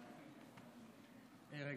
שלוש דקות,